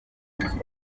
munsi